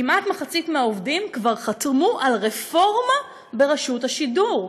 כמעט מחצית מהעובדים כבר חתמו על רפורמה ברשות השידור.